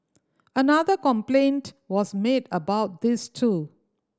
another complaint was made about this too